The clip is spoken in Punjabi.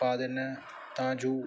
ਪਾ ਦਿੰਦਾ ਹਾਂ ਤਾਂ ਜੋ